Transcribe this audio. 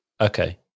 okay